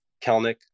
Kelnick